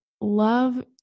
love